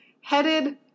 headed